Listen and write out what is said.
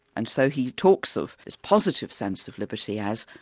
and so he talks of this positive sense of liberty as,